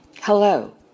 Hello